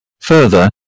Further